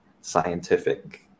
scientific